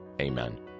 amen